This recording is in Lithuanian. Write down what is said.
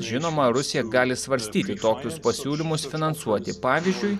žinoma rusija gali svarstyti tokius pasiūlymus finansuoti pavyzdžiui